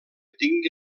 tingui